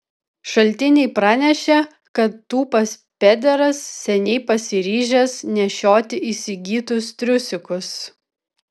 šaltiniai pranešė kad tūpas pederas seniai pasiryžęs nešioti įsigytus triusikus